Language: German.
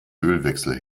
ölwechsel